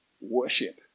worship